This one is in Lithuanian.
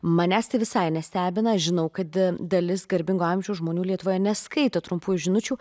manęs tai visai nestebina žinau kad dalis garbingo amžiaus žmonių lietuvoje neskaito trumpųjų žinučių